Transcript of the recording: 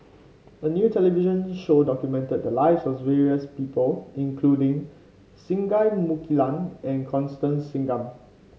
a new television show documented the lives of various people including Singai Mukilan and Constance Singam